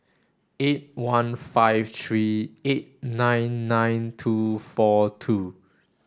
eight one five three eight nine nine two four two